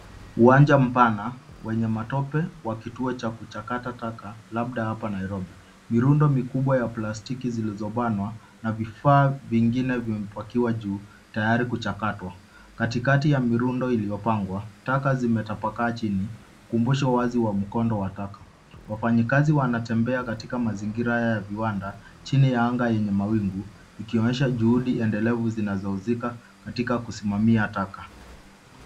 Uwanja mpana wenye matope wa kituo cha kuchakata taka labda hapa Nairobi, mirundo mikubwa ya plastiki zilizobanwa na vifaa vingine vimepakiwa juu tayari kuchakatwa ,katikati ya mirundo iliyopangwa taka zimetapakaa chini ukumbusho wazi wa mkondo wa taka, wafanyakazi wanatembea katika mazingira ya viwanda chini ya anga yenye mawingu ikionyesha juhudi endelevu zinazohusika katika kusimamia taka.